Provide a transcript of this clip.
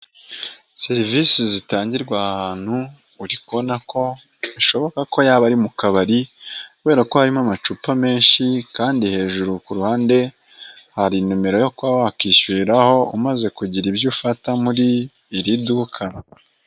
Serivisi zitangirwa ahantu, uri kubona ko bishoboka ko yaba ari mu kabari, kubera ko harimo amacupa menshi, kandi hejuru kuruhande hari nimero yo kuba wakishyuriraho, umaze kugira ibyo ufata muri iri duka.